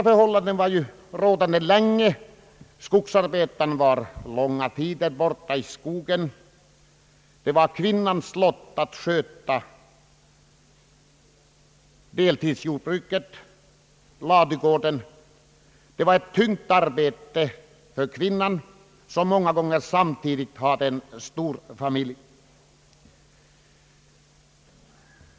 Man vistades långa perioder borta i skogen, och det var kvinnans lott att sköta deltidsjordbruket och ladugården. Detta var ett tungt arbete för kvinnan, som många gånger samtidigt hade stor familj.